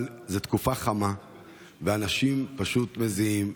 כי זו תקופה חמה ואנשים פשוט מזיעים,